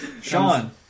Sean